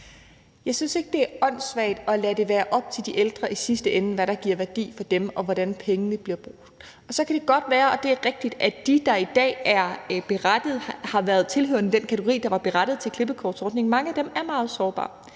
Jeg synes ikke, det er åndssvagt i sidste ende at lade det være op til de ældre, hvad der giver værdi for dem, og hvordan pengene bliver brugt. Og så kan det godt være, at det er rigtigt, at mange af dem, der i dag har været tilhørende den kategori, der var berettiget til klippekortordningen, er meget sårbare.